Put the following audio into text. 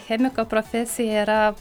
chemiko profesija yra